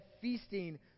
feasting